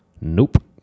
Nope